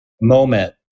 moment